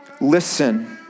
Listen